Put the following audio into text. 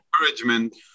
encouragement